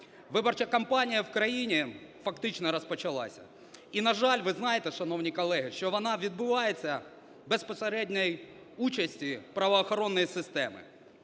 Виборча кампанія в країні фактично розпочалася. І, на жаль, ви знаєте, шановні колеги, що вона відбувається у безпосередньої участі правоохоронної системи.